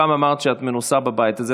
פעם אמרת שאת מנוסה בבית הזה.